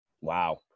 wow